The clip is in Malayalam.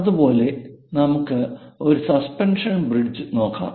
അതുപോലെ നമുക്ക് ഒരു സസ്പെൻഷൻ ബ്രിഡ്ജ് നോക്കാം